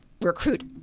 recruit